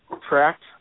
tracked